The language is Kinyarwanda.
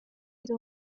izi